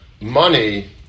money